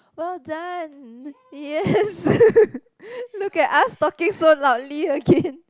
well done yes look at us talking so loudly again